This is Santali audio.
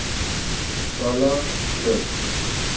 ᱪᱚᱞᱚ ᱠᱷᱮᱞᱳᱰ